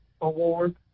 award